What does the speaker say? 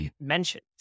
mentioned